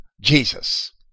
Jesus